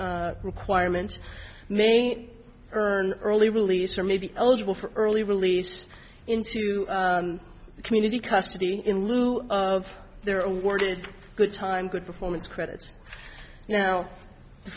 requirement may earn early release or maybe eligible for early release into the community custody in lieu of their own worded good time good performance credits now the